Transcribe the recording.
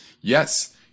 Yes